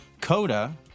Coda